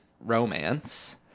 romance